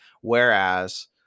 Whereas